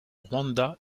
rwanda